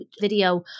video